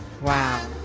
Wow